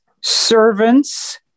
servants